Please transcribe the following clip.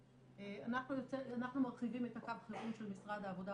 אנחנו מרחיבים את הקו חירום של משרד העבודה,